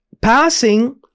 passing